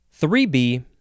3B